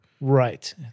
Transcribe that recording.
Right